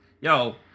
Yo